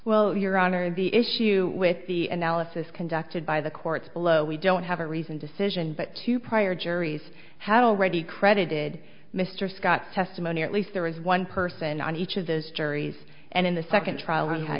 well your honor the issue with the analysts is conducted by the courts below we don't have a reasoned decision but two prior juries had already credited mr scott's testimony at least there was one person on each of those juries and in the second trial and i